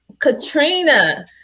Katrina